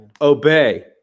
obey